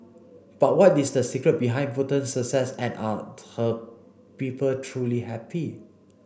but what is the secret behind Bhutan's success and are her people truly happy